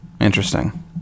Interesting